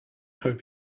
hope